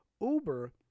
Uber